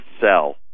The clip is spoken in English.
sell